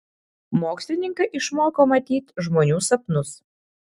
mokslininkai išmoko matyt žmonių sapnus